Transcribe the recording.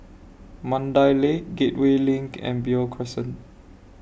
Mandai Lake Gateway LINK and Beo Crescent